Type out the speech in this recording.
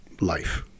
life